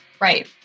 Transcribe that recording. Right